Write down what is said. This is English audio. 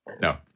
No